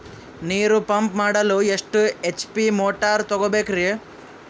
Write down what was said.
ನೀರು ಪಂಪ್ ಮಾಡಲು ಎಷ್ಟು ಎಚ್.ಪಿ ಮೋಟಾರ್ ತಗೊಬೇಕ್ರಿ?